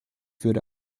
würde